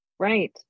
Right